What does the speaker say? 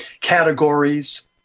categories